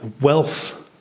Wealth